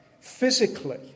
physically